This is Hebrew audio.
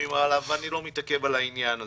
חתומים עליו, ואני לא מתעכב על העניין הזה.